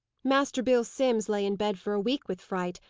master bill simms lay in bed for a week with fright,